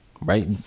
Right